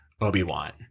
Obi-Wan